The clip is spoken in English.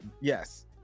Yes